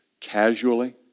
casually